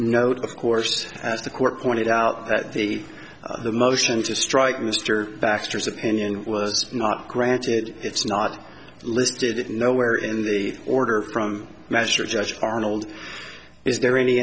note of course as the court pointed out that the the motion to strike mr baxter's opinion was not granted it's not listed it nowhere in the order from master judge arnold is there any